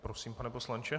Prosím, pane poslanče.